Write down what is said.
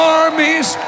armies